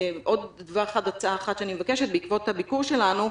עוד הצעה אחת שאני מבקשת: בעקבות הביקור שלנו,